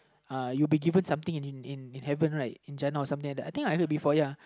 uh you be given something in in in heaven right angel or something like that I think I heard before ya